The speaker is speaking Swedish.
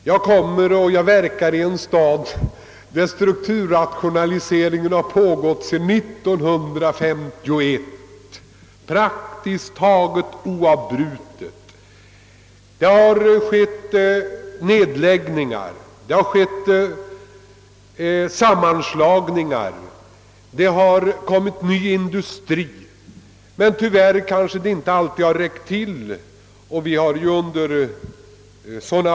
Ja, jag verkar i en stad där strukturrationaliseringen har fortgått praktiskt taget oavbrutet sedan 1951. Nedläggningar och sammanslagningar har gjorts, ny industri har tillkommit, men tyvärr kanske inte alltid i tillräcklig utsträckning.